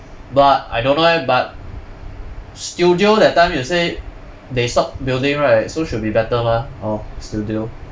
but I don't know eh but studio that time you say they stop building right so should be better mah or studio